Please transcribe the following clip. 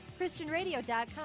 ChristianRadio.com